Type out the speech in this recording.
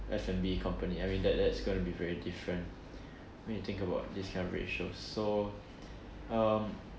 F and B company I mean that that's gonna be very different when you think about this kind of ratio so um